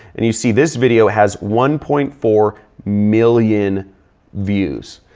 and you see this video has one point four million views.